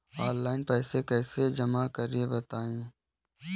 Online पैसा कैसे जमा करें बताएँ?